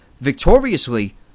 victoriously